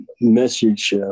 message